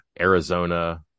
Arizona